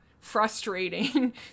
frustrating